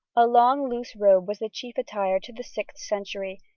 a long loose robe was the chief attire to the sixth century,